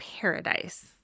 Paradise